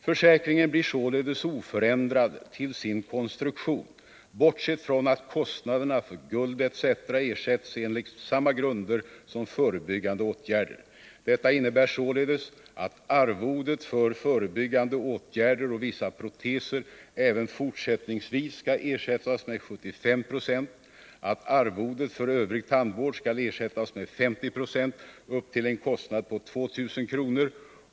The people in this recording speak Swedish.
Försäkringen blir således oförändrad till sin konstruktion, bortsett från att kostnaderna för guld etc. ersätts enligt samma grunder som gäller för förebyggande åtgärder. Detta innebär således att arvodet för förebyggande åtgärder och vissa proteser även fortsättningsvis skall ersättas med 75 I, att arvodet för övrig tandvård skall ersättas med 50 26 upp till en kostnad på 2000 kr.